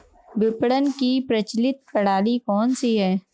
विपणन की प्रचलित प्रणाली कौनसी है?